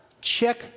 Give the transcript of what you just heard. check